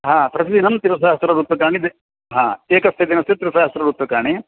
हा प्रतिदिनं त्रिसहस्त्ररुप्यकाणि हा एकस्य दिनस्य त्रिसहस्त्ररूप्यकाणि